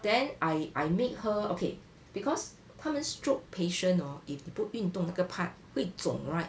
then I I make her okay because 他们 stroke patient orh if they 不运动那个 part 会肿 [right]